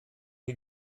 chi